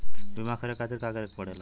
बीमा करे खातिर का करे के पड़ेला?